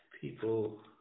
people